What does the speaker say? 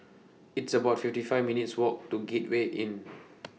It's about fifty five minutes' Walk to Gateway Inn